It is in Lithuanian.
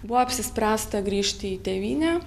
buvo apsispręsta grįžti į tėvynę